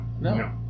No